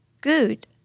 Good